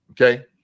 Okay